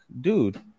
dude